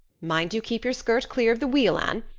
mind you keep your skirt clear of the wheel, anne,